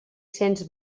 cents